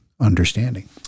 understanding